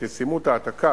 את ישימות העתקת